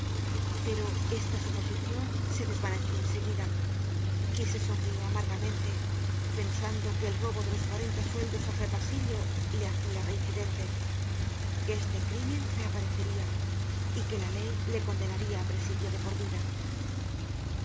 pero esta suposicion se desvaneció en seguida y se sonrió amargamente pensando que el robo de los cuarenta sueldos á gervasillo le hacia reincidente que este crimen reaparecería y que la ley le condenaría á presidio de por vida